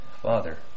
Father